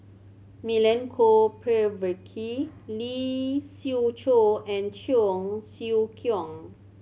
Milenko Prvacki Lee Siew Choh and Cheong Siew Keong